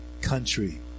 country